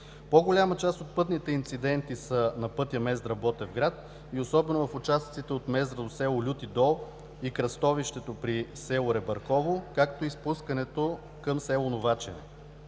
По-голяма част от пътните инциденти са на пътя Мездра – Ботевград, и особено в участъците от Мездра до село Люти дол и кръстовището при село Ребърково, както и спускането към село Новачене.